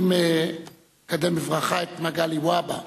אני מקדם בברכה את מגלי והבה,